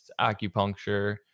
acupuncture